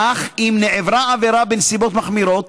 אך אם נעברה עבירה בנסיבות מחמירות,